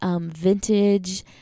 Vintage